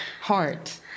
heart